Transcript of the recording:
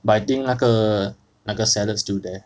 but I think 那个那个 salad still there